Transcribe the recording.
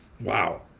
wow